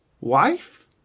wife